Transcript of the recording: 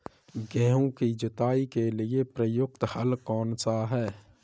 गेहूँ की जुताई के लिए प्रयुक्त हल कौनसा है?